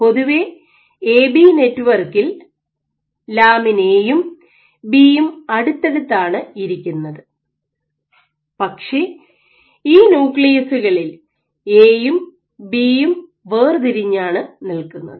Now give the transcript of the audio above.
പൊതുവെ A B നെറ്റ്വർക്കിൽ lamin A യും ബി യും അടുത്തടുത്താണ് ഇരിക്കുന്നത് പക്ഷേ ഈ ന്യൂക്ലിയസുകളിൽ എയും ബിയും വേർതി രിഞ്ഞാണ് നിൽക്കുന്നത്